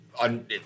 on